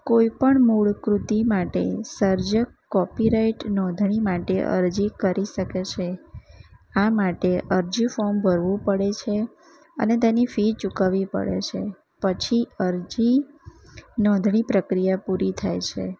કોઈ પણ મૂળ કૃતિ માટે સર્જક કોપીરાઇટ નોંધણી માટે અરજી કરી શકે છે આ માટે અરજી ફોર્મ ભરવું પડે છે અને તેની ફી ચૂકવવી પડે છે પછી અરજી નોંધણી પ્રક્રિયા પૂરી થાય છે